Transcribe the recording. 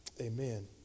Amen